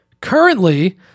Currently